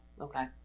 okay